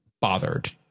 bothered